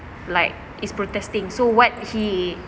like is protesting so what he